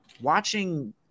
watching